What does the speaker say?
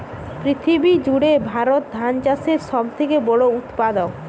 পৃথিবী জুড়ে ভারত ধান চাষের সব থেকে বড় উৎপাদক